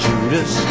Judas